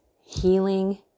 healing